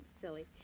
Silly